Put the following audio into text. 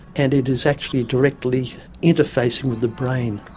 and it is actually directly interfacing with the brain.